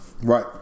Right